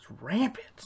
rampant